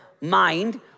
mind